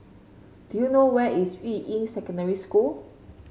do you know where is Yuying Secondary School